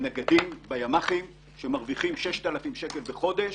בימ"חים שמרוויחים 6,000 שקלים בחודש